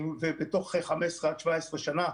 ובתוך 15 עד 17 שנה,